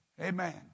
amen